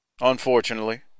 Unfortunately